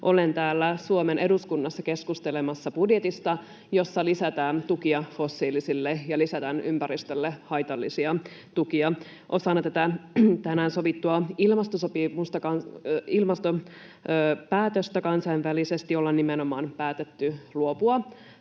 olen täällä Suomen eduskunnassa keskustelemassa budjetista, jossa lisätään tukia fossiilisille ja lisätään ympäristölle haitallisia tukia. Osana tätä tänään sovittua ilmastopäätöstä kansainvälisesti ollaan nimenomaan päätetty luopua